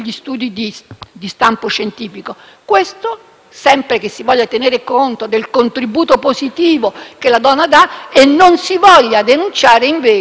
sempre che si voglia tenere conto del contributo positivo che la donna dà e non si voglia denunciare, invece, quella forma di violenza, il famoso